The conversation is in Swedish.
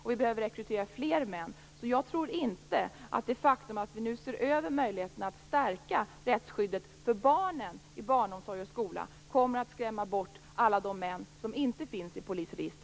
Vi behöver också rekrytera fler män. Jag tror alltså inte att det faktum att vi nu ser över möjligheten att stärka rättsskyddet för barnen i barnomsorg och skola kommer att skrämma bort alla de män som inte finns i polisregistret.